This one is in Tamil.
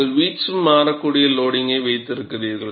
நீங்கள் வீச்சு மாறக்கூடிய லோடிங்கை வைத்திருக்கிறீர்கள்